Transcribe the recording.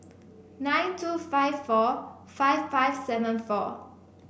nine two five four five five seven four